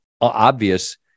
obvious